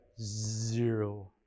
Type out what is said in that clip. zero